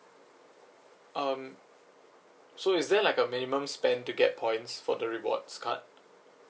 um so is there like a minimum spend to get points for the rewards card